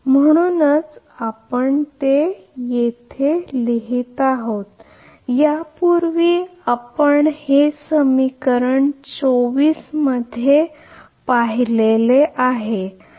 म्हणूनच आपण हे लिहित आहोत की हे प्रत्यक्षात घेतलेले आहे हे आपले समीकरण 24 हे पूर्वीचे समीकरण 24 पूर्वी पाहिलेले होते